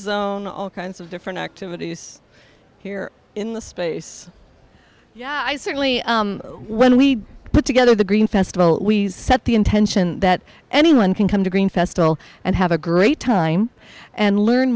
all kinds of different activities here in the space yeah i certainly when we put together the green festival we set the intention that anyone can come to green festival and have a great time and learn